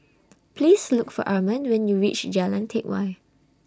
Please Look For Arman when YOU REACH Jalan Teck Whye